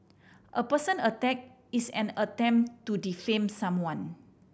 a personal attack is an attempt to defame someone